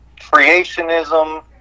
creationism